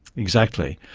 exactly,